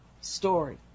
story